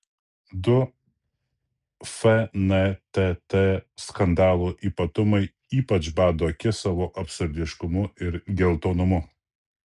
du fntt skandalo ypatumai ypač bado akis savo absurdiškumu ir geltonumu